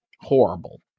horrible